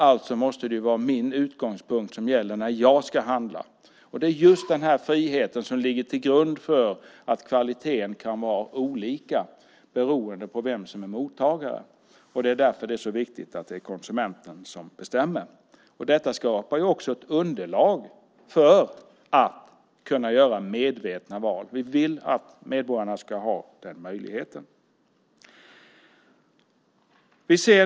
Alltså måste det vara min utgångspunkt som gäller när jag ska handla. Det är just denna frihet som ligger till grund för att kvaliteten kan vara olika beroende på vem som är mottagare. Det är därför det är så viktigt att det är konsumenten som bestämmer. Detta skapar också ett underlag för att kunna göra medvetna val. Vi vill att medborgarna ska ha den möjligheten.